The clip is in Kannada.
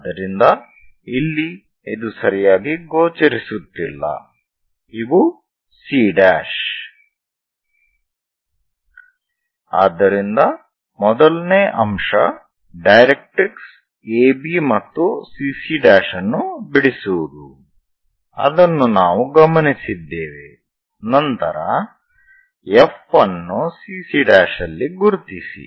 ಆದ್ದರಿಂದ ಇಲ್ಲಿ ಇದು ಸರಿಯಾಗಿ ಗೋಚರಿಸುತ್ತಿಲ್ಲ ಇವು C ಆದ್ದರಿಂದ ಮೊದಲನೇ ಅಂಶ ಡೈರೆಟ್ರಿಕ್ಸ್ AB ಮತ್ತು CC ' ಅನ್ನು ಬಿಡಿಸುವುದು ಅದನ್ನು ನಾವು ಗಮನಿಸಿದ್ದೇವೆ ನಂತರ F ಅನ್ನು CC ಯಲ್ಲಿ ಗುರುತಿಸಿ